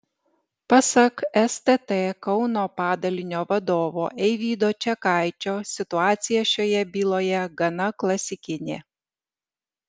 pasak stt kauno padalinio vadovo eivydo čekaičio situacija šioje byloje gana klasikinė